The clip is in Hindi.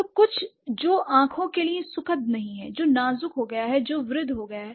तो कुछ जो आंखों के लिए सुखद नहीं है जो नाजुक हो गया है जो वृद्ध हो गया है